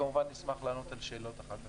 וכמובן שנשמח לענות על שאלות אחר כך,